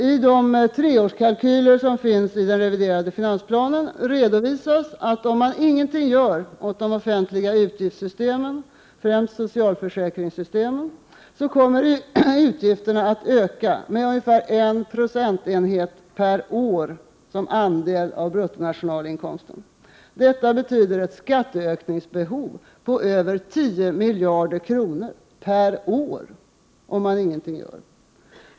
I de treårskalkyler som finns i den reviderade finansplanen redovisas, att om ingenting görs åt de offentliga utgiftssystemen, främst socialförsäkringssystemen, kommer utgifterna att öka med ungefär 1 procentenhet per år som andel av bruttonationalinkomsten. Det betyder ett skatteökningsbehov av 10 miljarder kronor per år om ingenting görs.